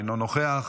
אינו נוכח,